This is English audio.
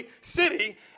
city